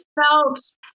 felt